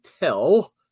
tell